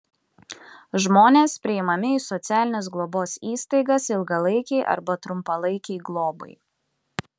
žmonės priimami į socialinės globos įstaigas ilgalaikei arba trumpalaikei globai